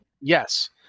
yes